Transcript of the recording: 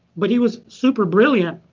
but he was super brilliant.